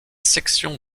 section